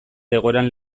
egoeran